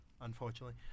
unfortunately